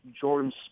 Jordan